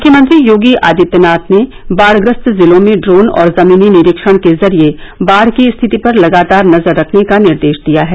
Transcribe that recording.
मुख्यमंत्री योगी आदित्यनाथ ने बाढ़ ग्रस्त जिलों में ड्रोन और जमीनी निरीक्षण के जरिये बाढ़ की स्थिति पर लगातार नजर रखने का निर्देश दिया है